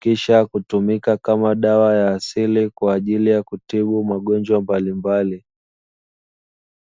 kisha kutumika kama dawa ya asili kwa ajili ya kutibu magonjwa mbalimbali.